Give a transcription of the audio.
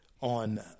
on